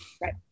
Right